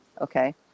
okay